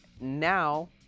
now